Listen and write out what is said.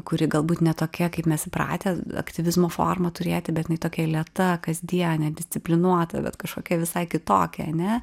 kuri galbūt ne tokia kaip mes įpratę aktyvizmo formą turėti bet jinai tokia lėta kasdienė disciplinuota bet kažkokia visai kitokia ane